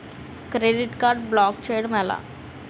Credit card block చేయడం ఎలా?